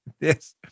Yes